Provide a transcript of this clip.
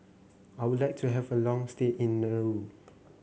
I would like to have a long stay in Nauru